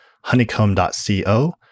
honeycomb.co